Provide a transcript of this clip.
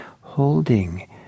holding